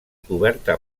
coberta